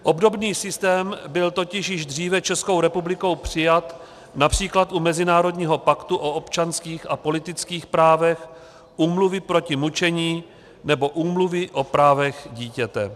Obdobný systém byl totiž již dříve Českou republikou přijat například u Mezinárodního paktu o občanských a politických právech, Úmluvy proti mučení nebo Úmluvy o právech dítěte.